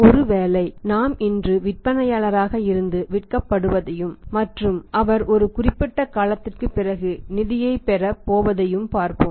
ஒருவேளை நாம் இன்று விற்பனையாளராக இருந்து விற்கப்படுவதையும் மற்றும் அவர் ஒரு குறிப்பிட்ட காலத்திற்குப் பிறகு நிதியைப் பெறப் போவதையும் பார்ப்போம்